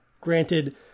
granted